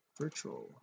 virtual